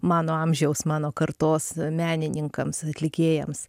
mano amžiaus mano kartos menininkams atlikėjams